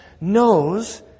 knows